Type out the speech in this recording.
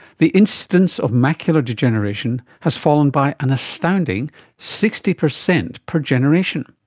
the incidence of macular degeneration has fallen by an astounding sixty percent per generation.